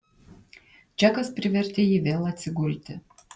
džekas privertė jį vėl atsigulti